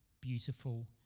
beautiful